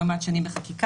אני לא מעט שנים בחקיקה,